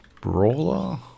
brawler